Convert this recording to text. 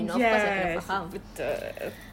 yes betul